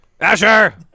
asher